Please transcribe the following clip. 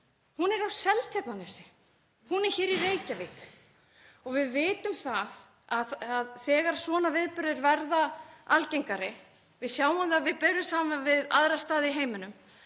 hún er á Seltjarnarnesi, hún er hér í Reykjavík. Við vitum það að þegar svona atburðir verða algengari, við sjáum það ef við berum það saman við aðra staði í heiminum,